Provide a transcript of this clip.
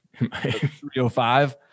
305